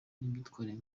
n’imyitwarire